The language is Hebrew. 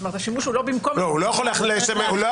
זאת אומרת שהשימוש הוא לא במקום.